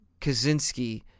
Kaczynski